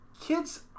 kids